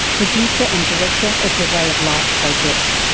producer and director of the ray of light project.